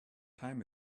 time